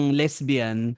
lesbian